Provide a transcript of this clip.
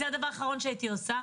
זה הדבר האחרון שהייתי עושה.